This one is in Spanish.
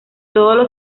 todos